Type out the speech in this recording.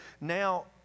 now